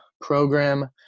program